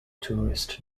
tourist